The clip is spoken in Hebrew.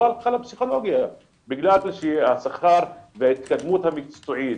לא הלכה לפסיכולוגיה בגלל השכר וההתקדמות המקצועית.